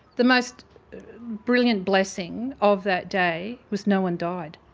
the most brilliant blessing of that day was no one died.